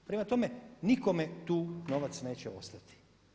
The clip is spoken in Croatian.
Prema tome, nikome tu novac neće ostati.